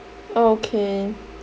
oh okay